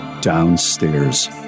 downstairs